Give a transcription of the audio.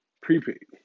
prepaid